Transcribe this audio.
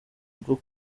rwo